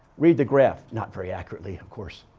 read the graph. not very accurately, of course.